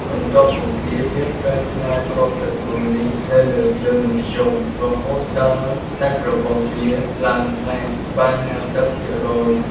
បន្ទាប់មកទៀតយើងត្រូវស្ងោរគ្រាប់សាគូនេះនៅលើភ្លើងមធ្យមរហូតដល់សាច់របស់វាឡើងថ្លាបាន៥០ភាគរយ។